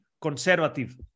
conservative